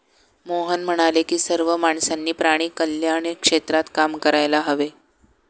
मोहन म्हणाले की सर्व माणसांनी प्राणी कल्याण क्षेत्रात काम करायला हवे